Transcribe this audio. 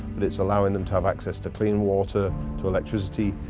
but it's allowing them to have access to clean water, to electricity.